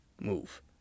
move